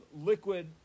liquid